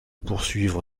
poursuivre